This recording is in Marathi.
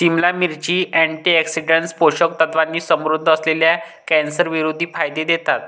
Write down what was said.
सिमला मिरची, अँटीऑक्सिडंट्स, पोषक तत्वांनी समृद्ध असल्याने, कॅन्सरविरोधी फायदे देतात